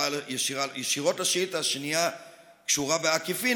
ישירות לשאילתה והשנייה קשורה בעקיפין.